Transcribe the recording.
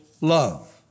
love